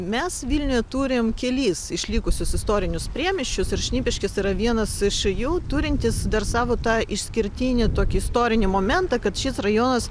mes vilniuje turim kelis išlikusius istorinius priemiesčius ir šnipiškės yra vienas iš jų turintis dar savo tą išskirtinį tokį istorinį momentą kad šis rajonas